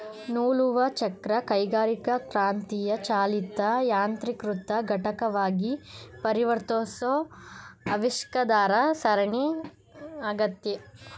ನೂಲುವಚಕ್ರ ಕೈಗಾರಿಕಾಕ್ರಾಂತಿಯ ಚಾಲಿತ ಯಾಂತ್ರೀಕೃತ ಘಟಕವಾಗಿ ಪರಿವರ್ತಿಸೋ ಆವಿಷ್ಕಾರದ ಸರಣಿ ಆಗೈತೆ